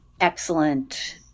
excellent